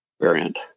Variant